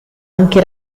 anche